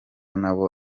nabo